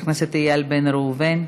חבר הכנסת איל בן ראובן,